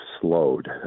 slowed